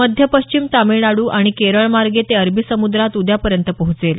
मध्य पश्चिम तामिळनाडू आणि केरळमार्गे ते अरबी समुद्रात उद्यापर्यंत पोहोचेल